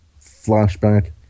flashback